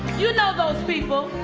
you know those people.